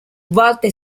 volte